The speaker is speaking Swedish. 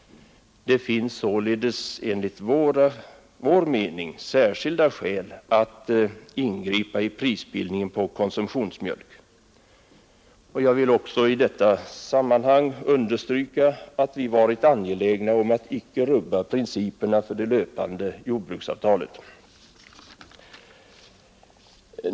Det finns således enligt vår mening särskilda skäl att ingripa i prisbildningen på konsumtionsmjölk. Jag vill också i detta sammanhang understryka att vi har varit angelägna om att icke rubba principerna för det löpande jordbruksavtalet.